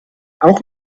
auch